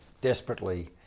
desperately